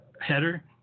header